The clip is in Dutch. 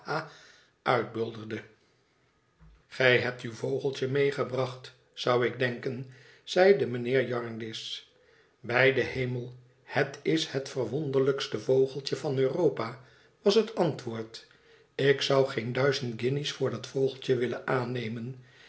ha uitbulderde gij hebt uw vogeltje meegebracht zou ik denken zeide mijnheer jarndyce bij den hemel het is het verwonderlijkste vogeltje van europa was het antwoord ik zou geen duizend guinjes voor dat vogeltje willen aannemen